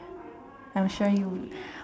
I'm sure you